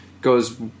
goes